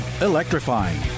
Electrifying